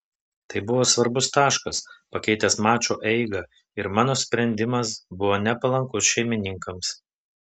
tai buvo svarbus taškas pakeitęs mačo eigą ir mano sprendimas buvo nepalankus šeimininkams